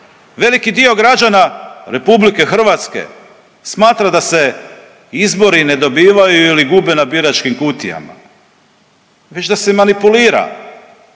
Veliki dio građana RH smatra da se izbori ne dobivaju ili gube na biračkim kutijama već da se manipulira